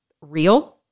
real